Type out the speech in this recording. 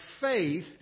faith